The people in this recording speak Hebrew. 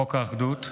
חוק האחדות.